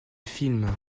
films